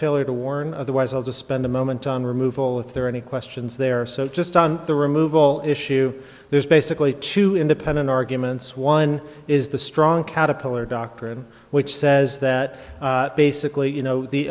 failure to warn otherwise i'll just spend a moment on removal if there are any questions there are so just on the removal issue there's basically two independent arguments one is the strong caterpillar doctrine which says that basically you know the